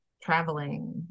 traveling